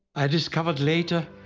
i discovered later,